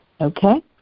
Okay